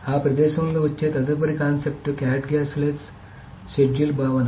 ఆ ప్రదేశంలో వచ్చే తదుపరి కాన్సెప్ట్ క్యాస్కేడ్లెస్ షెడ్యూల్ భావన